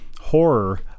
horror